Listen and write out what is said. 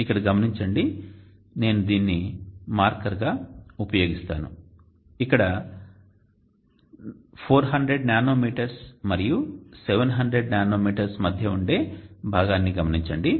ఇక్కడ గమనించండి నేను దీనిని మార్కర్గా ఉపయోగిస్తాను ఇక్కడ 400 నానో మీటర్స్ మరియు 700 నానోమీటర్ల మధ్య ఉండే భాగాన్ని గమనించండి